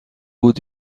بود